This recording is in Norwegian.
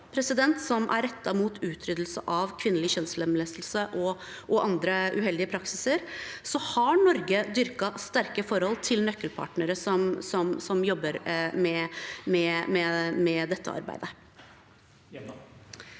som er rettet mot utryddelse av kvinnelig kjønnslemlestelse og andre uheldige praksiser, har Norge dyrket sterke forhold til nøkkelpartnere som jobber med dette.